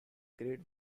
great